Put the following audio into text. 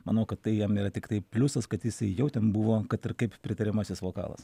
manau kad tai jam yra tiktai pliusas kad jisai jau ten buvo kad ir kaip pritariamasis vokalas